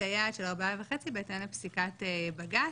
היעד של ארבעה וחצי בהתאם לפסיקת בג"ץ.